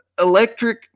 electric